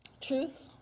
truth